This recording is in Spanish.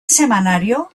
semanario